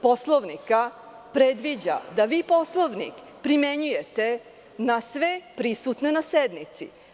Poslovnika predviđa da vi Poslovnik primenjujete na sve prisutne na sednici.